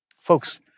Folks